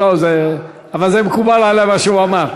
לא לא, אבל מקובל עלי מה שהוא אמר.